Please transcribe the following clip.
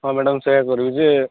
ହଁ ମ୍ୟାଡ଼ମ୍ ସେଇୟା କରିବି ଯେ